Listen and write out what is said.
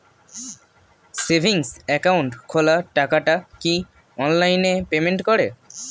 Savings account খোলা টাকাটা কি অনলাইনে পেমেন্ট করে?